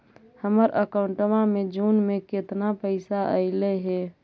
हमर अकाउँटवा मे जून में केतना पैसा अईले हे?